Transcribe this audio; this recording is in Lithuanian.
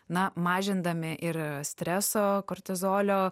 na mažindami ir streso kortizolio